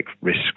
risk